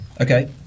Okay